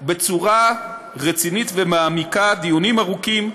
בצורה רצינית ומעמיקה, דיונים ארוכים,